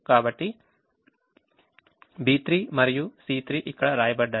కాబట్టి B3 మరియు C3 ఇక్కడ వ్రాయబడ్డాయి